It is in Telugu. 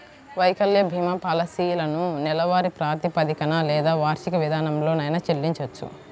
వైకల్య భీమా పాలసీలను నెలవారీ ప్రాతిపదికన లేదా వార్షిక విధానంలోనైనా చెల్లించొచ్చు